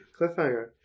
Cliffhanger